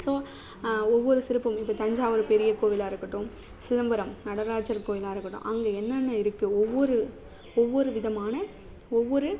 so ஒவ்வொரு சிற்பங்கள் இப்போ தஞ்சாவூர் பெரிய கோவிலாக இருக்கட்டும் சிதம்பரம் நடராஜர் கோவிலாக இருக்கட்டும் அங்கு என்னென்ன இருக்குது ஒவ்வொரு ஒவ்வொரு விதமான ஒவ்வொரு